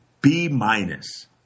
B-minus